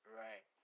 right